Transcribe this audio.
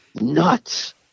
nuts